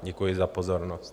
Děkuji za pozornost.